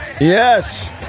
Yes